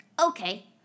Okay